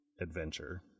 adventure